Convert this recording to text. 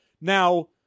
Now